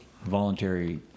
Voluntary